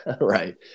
Right